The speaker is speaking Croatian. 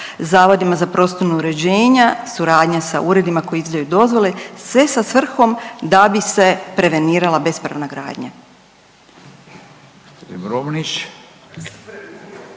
Zavodima za prostorna uređenja, suradnja sa uredima koji izdaju dozvole, sve sa svrhom da bi se prevenirala bespravna gradnja.